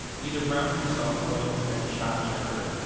either brown himself or one of his men shot shepherd,